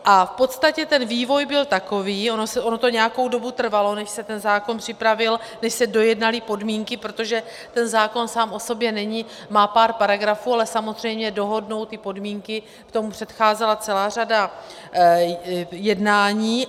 V podstatě ten vývoj byl takový, ono to nějakou dobu trvalo, než se ten zákon připravil, než se dojednaly podmínky, protože ten zákon sám o sobě má pár paragrafů, ale samozřejmě dohodnout ty podmínky, tomu předcházela celá řada jednání.